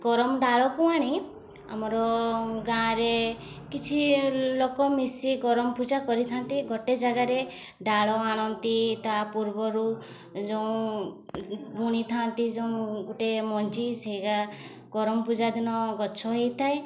କରମ ଡାଳକୁ ଆଣି ଆମର ଗାଁ'ରେ କିଛି ଲୋକ ମିଶି କରମ ପୂଜା କରିଥାନ୍ତି ଗୋଟେ ଜାଗାରେ ଡାଳ ଆଣନ୍ତି ତା ପୂର୍ବରୁ ଯେଉଁ ବୁଣିଥାନ୍ତି ଯୋଉ ଗୋଟେ ମଞ୍ଜି ସେ'ଗା କରମ ପୂଜା ଦିନ ଗଛ ହେଇଥାଏ